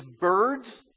birds